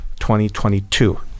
2022